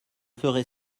ferai